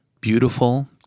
beautiful